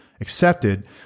accepted